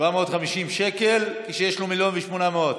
750 שקל כשיש לו 1.8 מיליון.